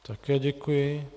Také děkuji.